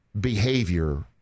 behavior